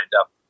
up